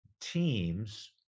teams